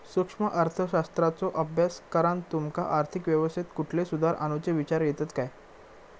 सूक्ष्म अर्थशास्त्राचो अभ्यास करान तुमका आर्थिक अवस्थेत कुठले सुधार आणुचे विचार येतत काय?